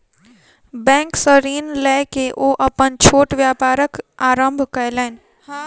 bank सॅ ऋण लय के ओ अपन छोट व्यापारक आरम्भ कयलैन